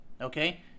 Okay